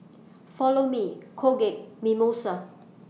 Follow Me Colgate and Mimosa